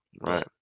Right